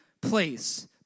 place